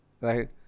right